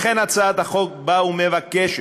לכן, הצעת החוק באה ומבקשת